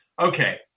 okay